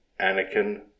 Anakin